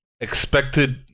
expected